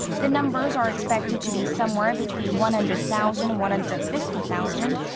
the numbers are expected to be somewhere between one hundred thousand and one hundred and fifty thousand.